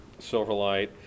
Silverlight